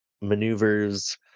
maneuvers